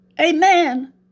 Amen